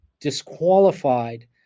disqualified